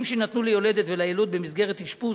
שיינתנו ליולדת וליילוד במסגרת אשפוז,